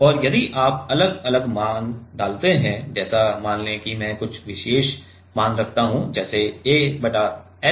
और यदि आप अलग अलग मान डालते हैं जैसे मान लें कि मैं कुछ विशेष मान रखता हूं जैसे a बटा h